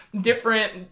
different